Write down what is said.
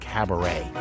Cabaret